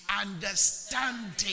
understanding